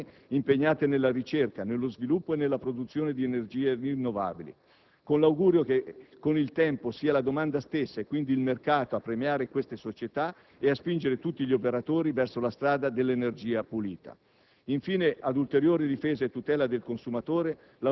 e di rendere visibili o incentivare le società di produzione impegnate nella ricerca, nello sviluppo e nella produzione di energia rinnovabile, con l'augurio che, con il tempo, sia la domanda stessa e quindi il mercato a premiare queste società e a spingere tutti gli operatori verso la strada dell'energia pulita.